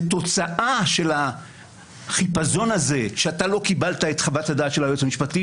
זו תוצאה של החיפזון הזה שאתה לא קיבלת את חוות-הדעת של היועצת המשפטית,